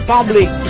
Public